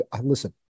Listen